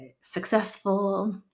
successful